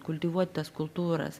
kultivuot tas kultūras